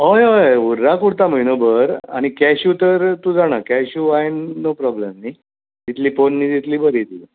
हय हय उर्राक उरता म्हयनो भर आनी कॅश्यू तर तूं जाणां कॅश्यू वायन नो प्रोबलम न्ही जितली पोरणी तितली बोरी ती